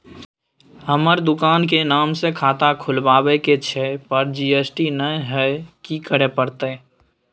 हमर दुकान के नाम से खाता खुलवाबै के छै पर जी.एस.टी नय हय कि करे परतै?